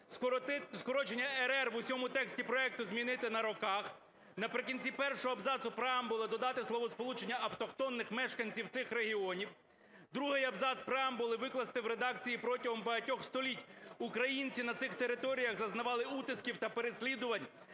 скорочення "рр." в усьому тексті проекту змінити на "роках". Наприкінці першого абзацу преамбули додати словосполучення "автохтонних мешканців цих регіонів". Другий абзац преамбули викласти в редакції: "Протягом багатьох століть українці на цих територіях зазнавали утисків та переслідувань